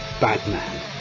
Batman